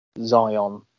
zion